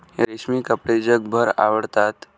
रेशमी कपडे जगभर आवडतात